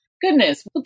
Goodness